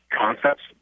concepts